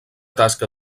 tasca